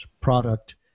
product